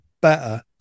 better